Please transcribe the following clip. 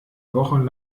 wochen